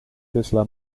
tesla